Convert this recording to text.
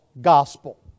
gospel